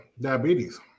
diabetes